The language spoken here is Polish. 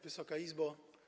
Wysoka Izbo!